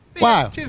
wow